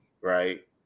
right